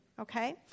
okay